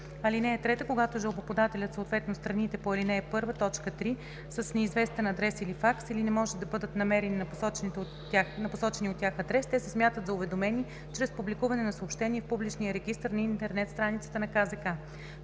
(3) Когато жалбоподателят, съответно страните по ал. 1, т. 3, са с неизвестен адрес или факс, или не може да бъдат намерени на посочения от тях адрес, те се смятат за уведомени чрез публикуване на съобщение в публичния регистър на интернет страницата на КЗК.“